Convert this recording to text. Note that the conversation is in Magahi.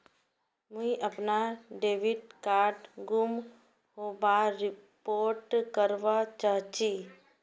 मुई अपना डेबिट कार्ड गूम होबार रिपोर्ट करवा चहची